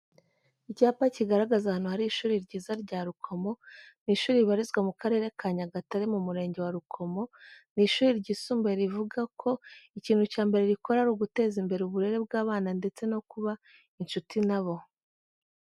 Icyapa kigaragaza ahantu hari ishuri ryiza rya Rukomo, ni ishuri ribarizwa mu Karere ka Nyagatare mu Murenge wa Rukomo, ni ishuri ryisumbuye rivuga ko ikintu cya mbere rikora ari uguteza imbere uburere bw'abana ndetse no kuba inshuti nabo.